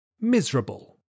Miserable